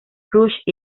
crush